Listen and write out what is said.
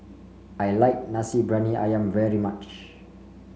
I like Nasi Bbriyani ayam very much